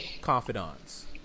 confidants